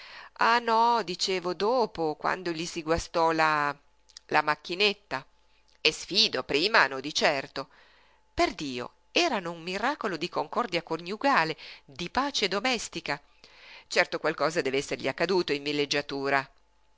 ah no dicevo dopo quando gli si guastò la la macchinetta e sfido prima no di certo perdio erano un miracolo di concordia coniugale di pace domestica certo qualcosa deve essergli accaduto in villeggiatura